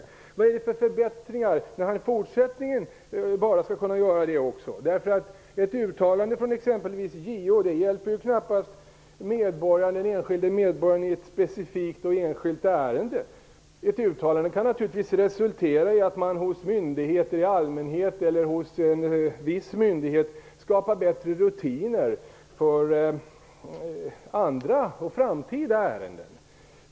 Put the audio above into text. Vad innebär det för förbättringar när han eller hon även i fortsättningen bara skall kunna göra samma sak? Ett uttalande från t.ex. JO hjälper ju knappast den enskilde medborgaren i ett specifikt och enskilt ärende. Ett uttalande kan naturligtvis resultera i att man hos myndigheter i allmänhet eller hos en viss myndighet skapar bättre rutiner för andra och framtida ärenden.